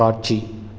காட்சி